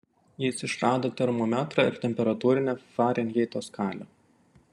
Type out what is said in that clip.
jis išrado termometrą ir temperatūrinę farenheito skalę